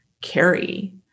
carry